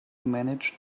manage